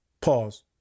pause